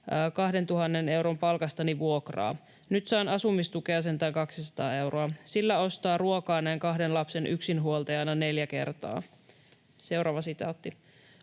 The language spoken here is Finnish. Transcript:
2 000 euron palkastani vuokraa. Nyt saan asumistukea sentään 200 euroa. Sillä ostaa ruokaa näin kahden lapsen yksinhuoltajana neljä kertaa.” ”Olen